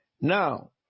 Now